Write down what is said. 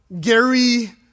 Gary